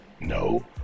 No